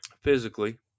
physically